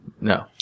No